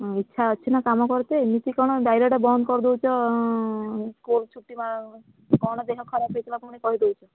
ଇଚ୍ଛା ଅଛି ନା କାମ କରତେ ଏମିତି କ'ଣ ଡାଇରେକ୍ଟ ବନ୍ଦ କରିଦେଉଛ ସ୍କୁଲ ଛୁଟି କ'ଣ ଦେହ ଖରାପ ହେଇଥିଲା ପୁଣି କହିଦେଉଛ